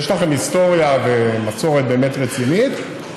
ויש לכם היסטוריה, ומסורת באמת רצינית,